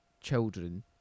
children